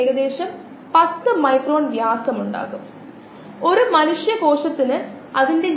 കോശങ്ങളിൽ മറ്റു മെറ്റബോളിക് പാതയിലൂടെ ഇതുപോലെ ഉപയോഗപ്രദമാകാവുന്ന മറ്റു സബ്സ്ട്രേറ്റ്കൾ ഉണ്ട്